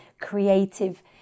creative